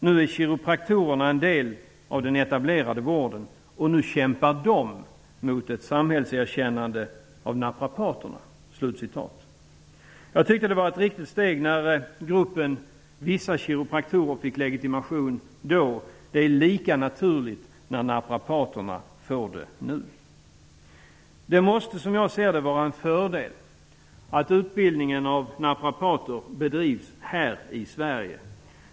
Nu är kiropraktorerna en del av den etablerade vården, och nu kämpar de mot ett samhällserkännande av naprapaterna. Jag tycker att det var ett viktigt steg när gruppen vissa kiropraktorer fick legitimation. Det är lika naturligt att naprapaterna får legitimation nu. Som jag ser det måste det vara en fördel att utbildningen av naprapater bedrivs här i Sverige.